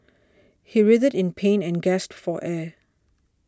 he writhed in pain and gasped for air